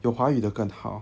有华语的更好